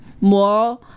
more